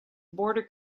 border